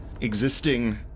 existing